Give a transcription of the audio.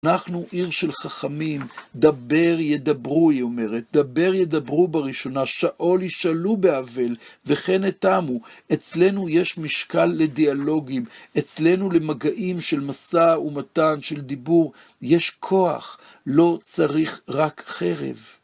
אנחנו עיר של חכמים, דבר ידברו, היא אומרת, דבר ידברו בראשונה, שאול ישאלו באבן, וכן התמו. אצלנו יש משקל לדיאלוגים, אצלנו למגעים של משא ומתן, של דיבור, יש כוח, לא צריך רק חרב.